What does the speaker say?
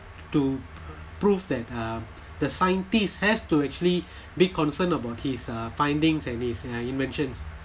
to prove that uh the scientists has to actually be concerned about his uh findings and uh his inventions